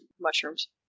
Mushrooms